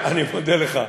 אני מודה לך.